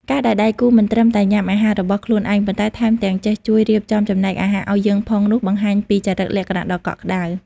ការដែលដៃគូមិនត្រឹមតែញ៉ាំអាហាររបស់ខ្លួនឯង ប៉ុន្តែថែមទាំងចេះជួយរៀបចំចំណែកអាហារឱ្យយើងផងនោះ បង្ហាញពីចរិតលក្ខណៈដ៏កក់ក្ដៅ។